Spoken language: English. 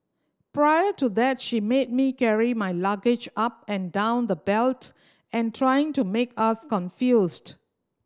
prior to that she made me carry my luggage up and down the belt and trying to make us confused